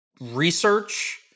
research